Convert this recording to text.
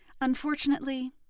Unfortunately